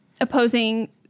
opposing